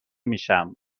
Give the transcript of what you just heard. میشم